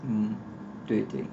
mm 对对